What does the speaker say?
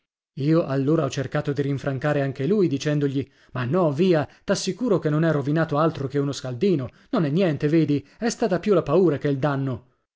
io allora ho cercato di rinfrancare anche lui dicendogli ma no via t'assicuro che non è rovinato altro che uno scaldino non è niente vedi è stata più la paura che il danno